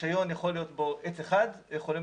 ברישיון יכול להיות עץ אחד ויכולים